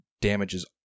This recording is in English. damages